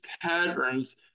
patterns